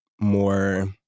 more